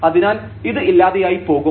അതിനാൽ ഇത് ഇല്ലാതെയായി പോകും